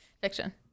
Fiction